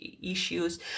issues